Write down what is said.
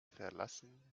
verlassen